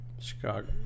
Chicago